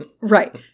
right